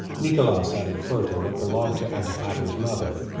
nicolaus added further what belonged to antipater's mother,